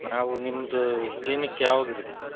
ನಾವು ನಿಮ್ಮದು ಕ್ಲಿನಿಕ್ ಯಾವಾಗ ಇರತ್ತೆ ಸರ್